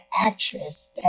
actress